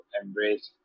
embrace